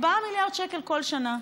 4 מיליארד שקל כל שנה.